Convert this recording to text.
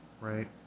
right